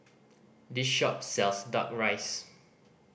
this shop sells Duck Rice